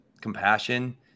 compassion